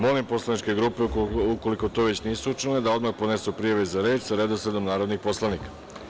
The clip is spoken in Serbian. Molim poslaničke grupe ukoliko to već nisu učinile, da odmah podnesu prijave za reč sa redosledom narodnih poslanika.